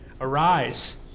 Arise